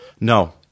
No